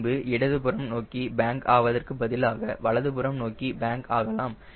பின்பு இடது புறம் நோக்கி பேங்க் ஆவதற்கு பதிலாக வலது புறம் நோக்கி பேங்க் ஆகலாம்